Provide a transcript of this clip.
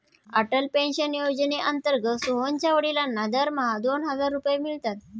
Atal pension योजनेअंतर्गत सोहनच्या वडिलांना दरमहा दोन हजार रुपये मिळतात